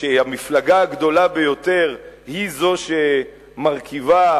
שהמפלגה הגדולה ביותר היא זו שמרכיבה,